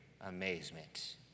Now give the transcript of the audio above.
amazement